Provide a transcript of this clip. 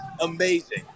amazing